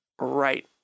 right